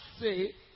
say